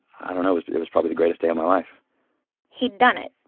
i don't know. it was but it was probably the greatest day of my life he'd done it.